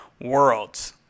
Worlds